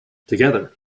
together